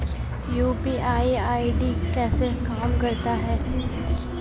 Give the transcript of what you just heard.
UPI ID कैसे काम करता है?